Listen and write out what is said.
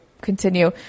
continue